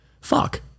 Fuck